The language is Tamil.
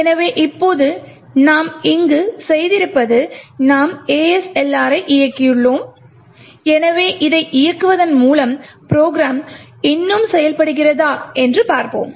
எனவே இப்போது நாம் இங்கு செய்திருப்பது நாம் ASLR ஐ இயக்கியுள்ளோம் எனவே இதை இயக்குவதன் மூலம் ப்ரோக்ராம் இன்னும் செயல்படுகிறதா என்று பார்ப்போம்